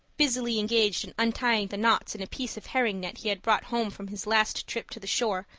busily engaged in untying the knots in a piece of herring net he had brought home from his last trip to the shore,